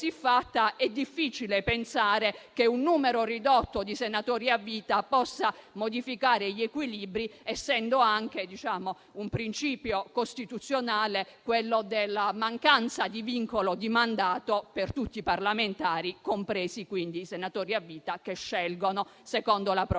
è difficile pensare che un numero ridotto di senatori a vita possa modificare gli equilibri, essendo anche un principio costituzionale quello della mancanza di vincolo di mandato per tutti i parlamentari, compresi quindi i senatori a vita, che scelgono secondo la propria